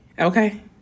okay